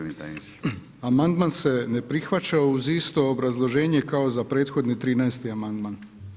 Amandman se ne prihvaća uz isto obrazloženje kao za prethodni 13.-ti amandman.